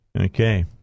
Okay